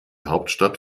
hauptstadt